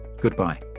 goodbye